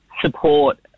support